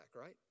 right